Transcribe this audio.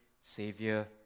Savior